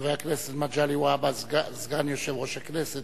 חבר הכנסת מגלי והבה, סגן יושב-ראש הכנסת,